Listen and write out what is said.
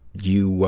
you,